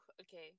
okay